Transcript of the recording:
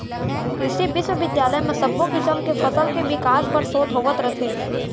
कृसि बिस्वबिद्यालय म सब्बो किसम के फसल के बिकास बर सोध होवत रथे